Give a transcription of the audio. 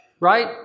Right